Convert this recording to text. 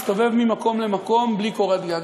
מסתובב ממקום למקום בלי קורת גג.